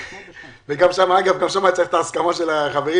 וגם שם היה צריך את ההסכמה של החברים